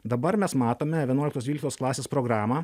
dabar mes matome vienuoliktos dvyliktos klasės programą